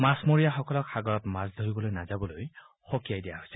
মাছমৰীয়াসকলক সাগৰত মাছ ধৰিবলৈ নাজাবলৈ সকিয়াই দিয়া হৈছে